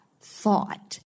thought